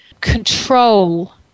control